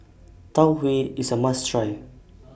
Tau Huay IS A must Try